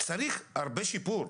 צריך הרבה שיפור,